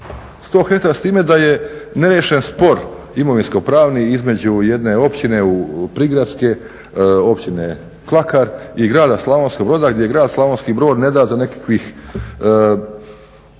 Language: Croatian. hektara s time da je neriješen spor imovinski pravni između jedne općine prigradske, općine Kvakar i grada Slavonskog Broda gdje grad Slavonski Brod ne da za nekakvih